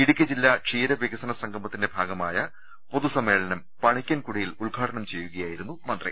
ഇടുക്കി ജില്ലാ ക്ഷീര വികസ്ന സംഗമത്തിന്റെ ഭാഗ മായ പൊതുസമ്മേളനം പണിക്കൻകുടിയിൽ ഉദ്ഘാടനം ചെയ്യുകയായി രുന്നു മന്ത്രി